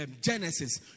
Genesis